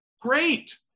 Great